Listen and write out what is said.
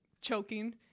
choking